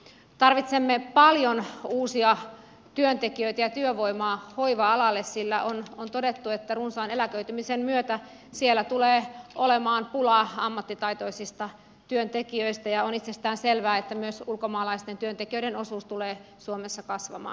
tarvitsemme paljon uusia työntekijöitä ja työvoimaa hoiva alalle sillä on todettu että runsaan eläköitymisen myötä siellä tulee olemaan pulaa ammattitaitoisista työntekijöistä ja on itsestään selvää että myös ulkomaalaisten työntekijöiden osuus tulee suomessa kasvamaan